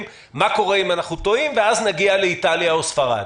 מה קורה אם אנחנו טועים ואז נגיע למצב של איטליה או ספרד.